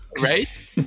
right